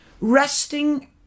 resting